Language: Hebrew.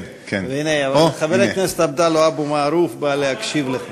הנה, חבר הכנסת עבדאללה אבו מערוף בא להקשיב לך.